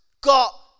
got